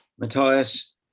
Matthias